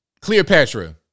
Cleopatra